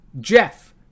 Jeff